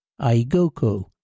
Aigoko